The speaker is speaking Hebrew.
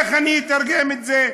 איך אני אתרגם את זה?